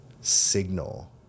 signal